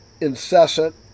Incessant